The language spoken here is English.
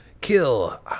Kill